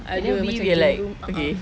and then we we're like okay